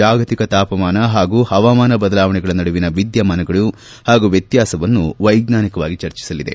ಜಾಗತಿಕ ತಾಪಮಾನ ಹಾಗೂ ಹವಾಮಾನ ಬದಲಾವಣೆಗಳ ನಡುವಿನ ವಿದ್ಯಮಾನಗಳು ಹಾಗೂ ವ್ಯತ್ಯಾಸವನ್ನು ವೈಜ್ಞಾನಿಕವಾಗಿ ಚರ್ಚಿಸಲಿದೆ